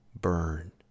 burn